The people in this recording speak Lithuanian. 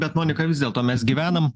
bet monika vis dėlto mes gyvenam